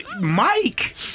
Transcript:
Mike